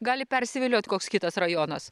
gali persiviliot koks kitas rajonas